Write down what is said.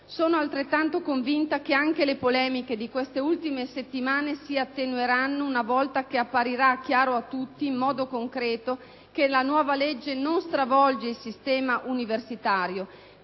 Sono altrettanto convinta che anche le polemiche di queste ultime settimane si attenueranno una volta che apparirà chiaro a tutti in modo concreto che la nuova legge non stravolge il sistema universitario,